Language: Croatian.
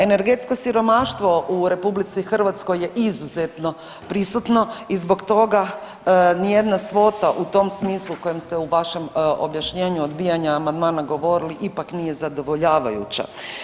Energetsko siromaštvo u RH je izuzetno prisutno i zbog toga nijedna svota u tom smislu kojem ste u vašem objašnjenju odbijanja amandmana govorili, ipak nije zadovoljavajuća.